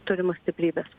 turimas stiprybes